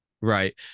Right